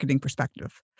perspective